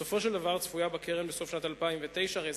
בסופו של דבר, צפויה בקרן בסוף שנת 2009 רזרבה